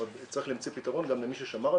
אבל צריך למצוא פתרון גם למי ששמר על